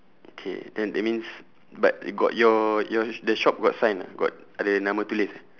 okay then that means but got your your the shop got sign ah got ada nama tulis eh